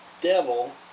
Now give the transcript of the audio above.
devil